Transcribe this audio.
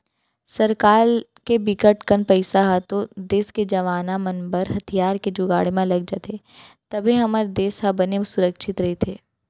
सरकार के बिकट कन पइसा ह तो देस के जवाना मन बर हथियार के जुगाड़े म लग जाथे तभे हमर देस ह बने सुरक्छित रहिथे